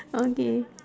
okay